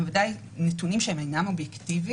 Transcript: הם ודאי נתונים שהם אינם אובייקטיביים,